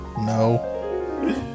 No